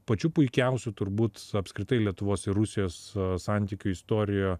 pačių puikiausių turbūt apskritai lietuvos ir rusijos santykių istorijoje